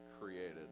created